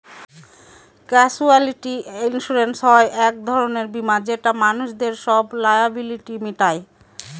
casualty insurance হয় এক ধরনের বীমা যেটা মানুষদের সব লায়াবিলিটি মিটায়